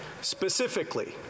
Specifically